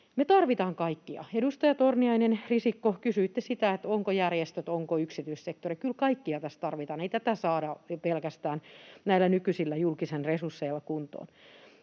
Me tarvitaan kaikkia. Edustajat Torniainen, Risikko, kysyitte, ovatko järjestöt, onko yksityissektori. Kyllä kaikkia tässä tarvitaan, ei tätä saada pelkästään näillä nykyisillä julkisen resursseilla kuntoon.